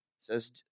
says